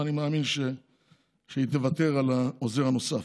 ואני מאמין שהיא תוותר על העוזר הנוסף.